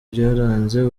byaranze